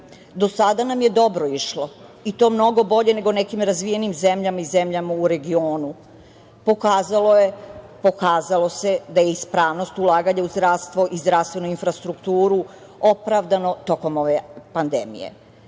Do sada nam je dobro išlo i to mnogo bolje nego nekim drugim razvijenim zemljama i zemljama u regionu. Pokazalo se da je ispravnost ulaganja u zdravstvo i zdravstvenu infrastrukturu opravdano tokom ove pandemije.